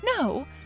No